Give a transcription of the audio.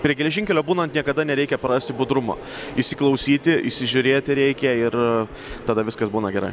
prie geležinkelio būnant niekada nereikia prarasti budrumo įsiklausyti įsižiūrėti reikia ir tada viskas būna gerai